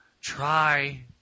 try